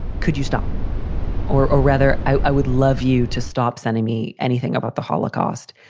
could you stop or ah rather. i would love you to stop sending me anything about the holocaust,